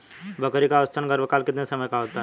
बकरी का औसतन गर्भकाल कितने समय का होता है?